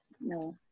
no